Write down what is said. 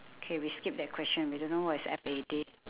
K we skip that question we don't know what is F A D